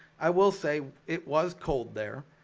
i will say it was cold there